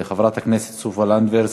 שרת הקליטה, חברת הכנסת סופה לנדבר.